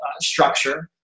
structure